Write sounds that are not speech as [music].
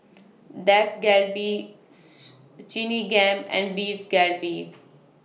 Dak Galbi [unintelligible] and Beef Galbi